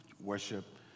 worship